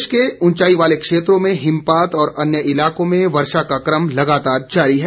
प्रदेश के ऊंचाई वाले क्षेत्रों में हिमपात और अन्य इलाकों में वर्षा का क्रम लगातार जारी है